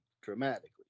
dramatically